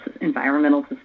environmental